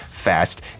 Fast